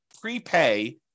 prepay